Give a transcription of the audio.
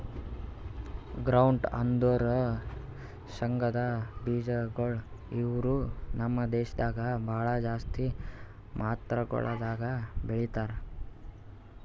groundnut ಅಂದುರ್ ಶೇಂಗದ್ ಬೀಜಗೊಳ್ ಇವು ನಮ್ ದೇಶದಾಗ್ ಭಾಳ ಜಾಸ್ತಿ ಮಾತ್ರಗೊಳ್ದಾಗ್ ಬೆಳೀತಾರ